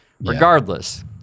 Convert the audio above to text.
Regardless